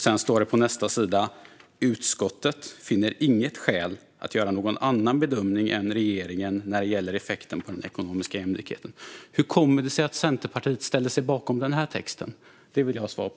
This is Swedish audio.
Sedan står det på nästa sida: "Utskottet finner inget skäl att göra någon annan bedömning än regeringen när det gäller effekten på den ekonomiska jämlikheten." Hur kommer det sig att Centerpartiet ställer sig bakom den här texten? Det vill jag ha svar på.